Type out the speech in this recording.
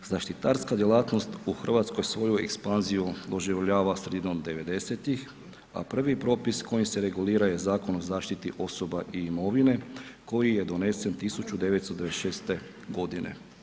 Zaštitarska djelatnost u Hrvatskoj svoju ekspanziju doživljava sredinom 90.-ih, a prvo propis kojim se reguliraju Zakon o zaštiti osoba i imovine, koji je donesen 1996. godine.